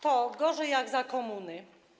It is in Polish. To gorzej niż za komuny.